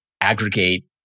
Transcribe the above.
aggregate